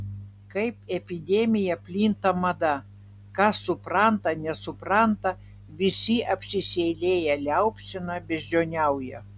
kaip epidemija plinta mada kas supranta nesupranta visi apsiseilėję liaupsina beždžioniauja